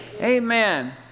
Amen